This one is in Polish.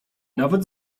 nawet